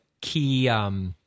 key